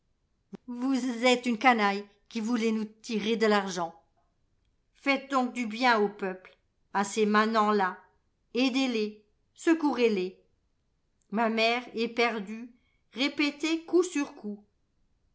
vous êtes une canaille qui voulez nous tirer de l'argent faites donc du bien au peuple à ces manants là aidez les secourez les ma mère éperdue répétait coup sur coup